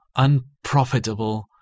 unprofitable